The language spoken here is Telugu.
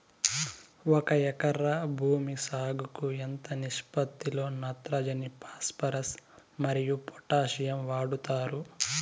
ఒక ఎకరా భూమి సాగుకు ఎంత నిష్పత్తి లో నత్రజని ఫాస్పరస్ మరియు పొటాషియం వాడుతారు